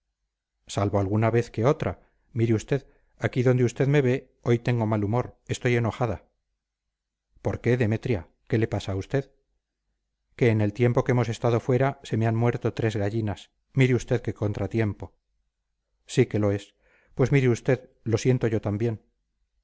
salvo alguna vez que otra mire usted aquí donde usted me ve hoy tengo mal humor estoy enojada por qué demetria qué le pasa a usted que en el tiempo que hemos estado fuera se me han muerto tres gallinas mire usted qué contratiempo sí que lo es pues mire usted lo siento yo también